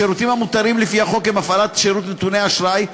השירותים המותרים לפי החוק הם הפעלת שירות נתוני אשראי,